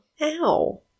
Ow